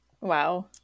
Wow